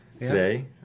today